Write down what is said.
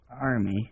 army